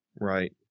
Right